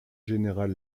général